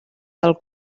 del